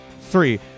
three